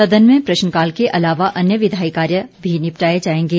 सदन में प्रश्नकाल के अलावा अन्य विधायी कार्य भी निपटाए जाएंगे